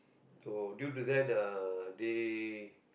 so due to that uh they